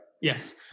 Yes